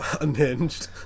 Unhinged